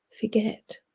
forget